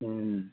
ꯎꯝ